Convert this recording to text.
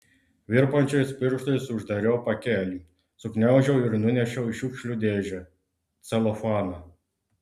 virpančiais pirštais uždariau pakelį sugniaužiau ir nunešiau į šiukšlių dėžę celofaną